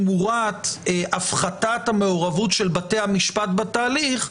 תמורת הפחתת המעורבות של בתי המשפט בתהליך,